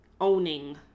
owning